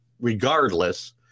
regardless